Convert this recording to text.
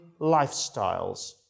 lifestyles